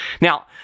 Now